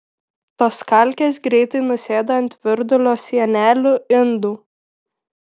tos kalkės greitai nusėda ant virdulio sienelių indų